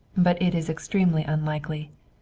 but it is extremely unlikely.